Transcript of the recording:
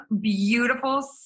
beautiful